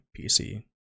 PC